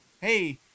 Hey